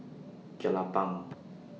Jelapang